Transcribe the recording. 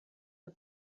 the